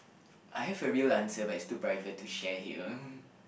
I have a real answer but it's too private to share here